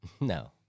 No